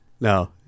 No